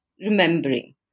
remembering